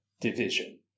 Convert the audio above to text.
division